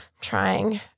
trying